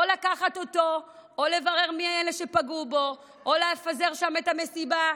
או לקחת אותו או לברר מי אלה שפגעו בו או לפזר שם את המסיבה,